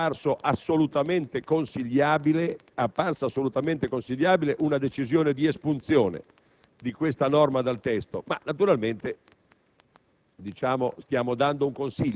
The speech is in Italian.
Alla Commissione bilancio è apparsa assolutamente consigliabile una decisione di espunzione di questa norma dal testo, ma naturalmente